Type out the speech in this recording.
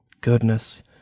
Goodness